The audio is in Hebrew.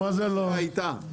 מחזיר מה זה לא, מחזיר.